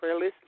please